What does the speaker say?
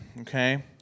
Okay